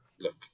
look